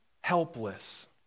helpless